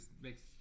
makes